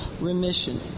remission